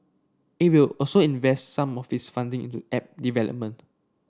it will also invest some of its funding into app development